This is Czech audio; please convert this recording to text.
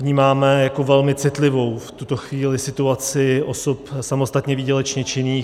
Vnímáme jako velmi citlivou v tuto chvíli situaci osob samostatně výdělečně činných.